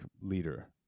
leader